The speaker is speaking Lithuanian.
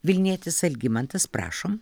vilnietis algimantas prašom